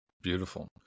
Beautiful